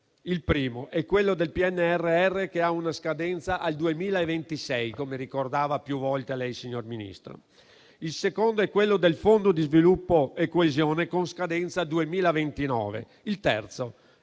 il primo è quello del PNRR, che ha una scadenza al 2026, come ricordava più volte lei, signor Ministro; il secondo è quello del Fondo di sviluppo e coesione, con scadenza 2029: il terzo